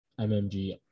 MMG